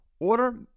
Order